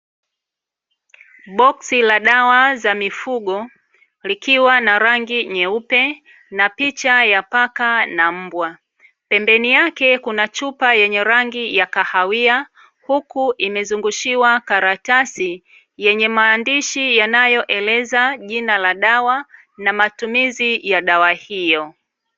Boksi la dawa za mifugo likiwa na rangi nyeupe na picha ya paka na mbwa , kuna chupa yenye rangi ya kahawia, huku imezunguushiwa karatasi, yenye maandishi yanayoonyesha jina la dawa na matumizi ya dawa hiyo.